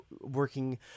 working